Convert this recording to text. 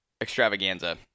extravaganza